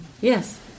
Yes